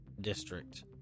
district